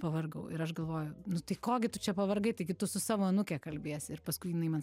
pavargau ir aš galvoju nu tai ko gi tu čia pavargai taigi tu su savo anūke kalbiesi ir paskui jinai man